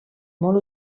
molt